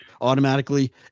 automatically